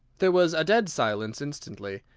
there was a dead silence instantly,